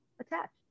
attached